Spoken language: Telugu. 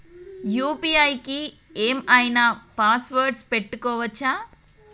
యూ.పీ.ఐ కి ఏం ఐనా పాస్వర్డ్ పెట్టుకోవచ్చా?